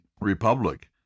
republic